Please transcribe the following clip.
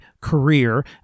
career